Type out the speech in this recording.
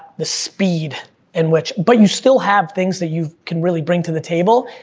the speed in which, but you still have things that you can really bring to the table.